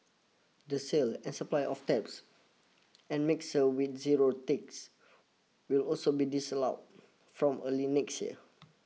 the sale and supply of taps and mixer with zero ticks will also be disallowed from early next year